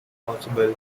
possible